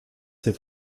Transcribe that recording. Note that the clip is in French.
ces